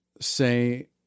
say